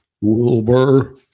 Wilbur